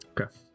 Okay